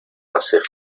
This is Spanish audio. hace